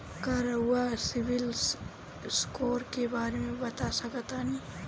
का रउआ CIBIL score के बारे में बता सकतानी?